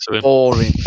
Boring